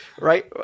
right